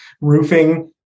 roofing